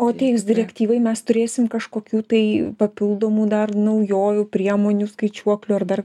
o atėjus direktyvai mes turėsim kažkokių tai papildomų dar naujovių priemonių skaičiuoklių ar dar